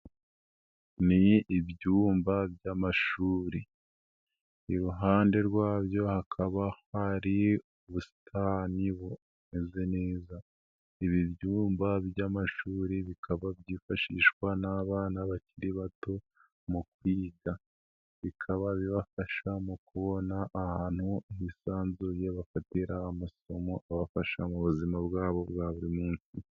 Ni ibyumba by'amashuri iruhande rwabyo, hakaba hari ubusitani bumeze neza, ibi byumba by'amashuri bikaba byifashishwa n'abana bakiri bato mu kwiga, bikaba bibafasha mu kubona ahantu hisanzuye bafatira amasomo abafasha mu buzima bwabo bwa buri munsi.